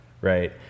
right